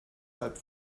halb